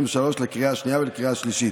לקריאה שנייה ולקריאה שלישית.